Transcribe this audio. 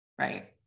right